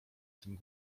tym